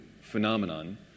phenomenon